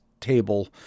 table